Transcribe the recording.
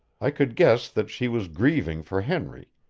i could guess that she was grieving for henry,